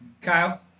Kyle